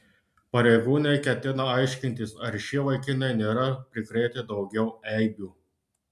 pareigūnai ketina aiškintis ar šie vaikinai nėra prikrėtę daugiau eibių